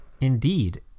Indeed